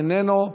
איננו.